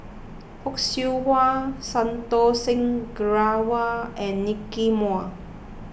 Fock Siew Wah Santokh Singh Grewal and Nicky Moey